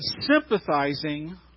sympathizing